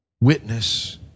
witness